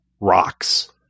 rocks